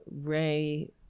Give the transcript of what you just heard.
Ray